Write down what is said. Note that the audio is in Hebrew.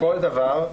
כל דבר הוא